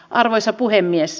arvoisa puhemies